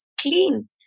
clean